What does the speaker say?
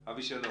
אבי, שלום.